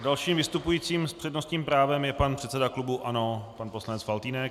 Dalším vystupujícím s přednostním právem je pan předseda klubu ANO pan poslanec Faltýnek.